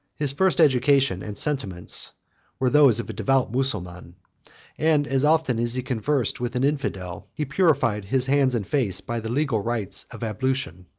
his first education and sentiments were those of a devout mussulman and as often as he conversed with an infidel, he purified his hands and face by the legal rites of ablution.